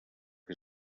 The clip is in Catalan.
que